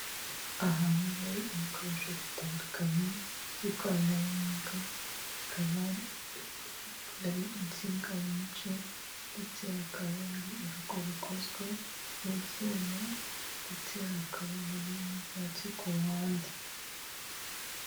Ahantu hari ibikoresho bitandukanye by'ikoranabuhanga, hakaba hari insinga nyinshi, ndetse hakaba hari urugo rukozwe mu byuma ndetse hakaba hari n'ibyatsi kuruhande.